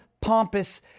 pompous